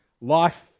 life